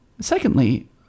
Secondly